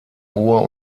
hohe